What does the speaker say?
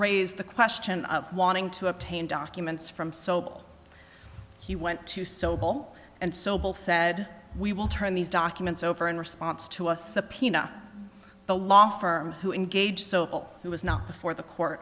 raised the question of wanting to obtain documents from sobel he went to sobol and sobel said we will turn these documents over in response to a subpoena the law firm who engaged so it was not before the court